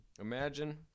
imagine